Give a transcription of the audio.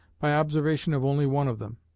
by observation of only one of them?